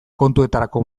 kontuetarako